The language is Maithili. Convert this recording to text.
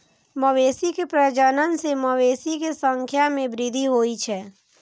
मवेशी के प्रजनन सं मवेशी के संख्या मे वृद्धि होइ छै